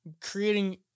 creating